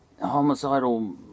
homicidal